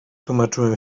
tłumaczyłem